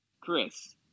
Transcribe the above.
Chris